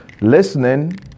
Listening